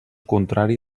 contrari